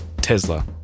Tesla